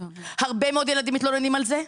הרבה מאוד ילדים מתלוננים על זה.